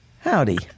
Howdy